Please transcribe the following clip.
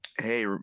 hey